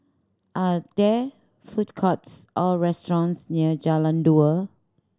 are there food courts or restaurants near Jalan Dua